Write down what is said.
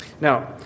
Now